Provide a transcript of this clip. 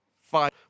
Five